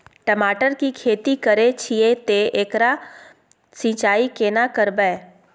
टमाटर की खेती करे छिये ते एकरा सिंचाई केना करबै?